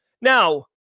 Now